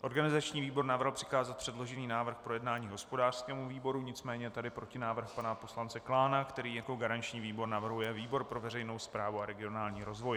Organizační výbor navrhl přikázat předložený návrh k projednání hospodářskému výboru, nicméně je tady protinávrh pana poslance Klána, který jako garanční výbor navrhuje výbor pro veřejnou správu a regionální rozvoj.